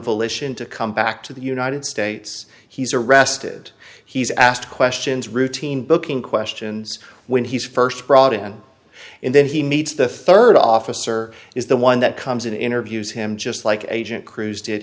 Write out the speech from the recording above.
volition to come back to the united states he's arrested he's asked questions routine booking questions when he's first brought in and then he meets the third officer is the one that comes in interviews him just like agent cruz did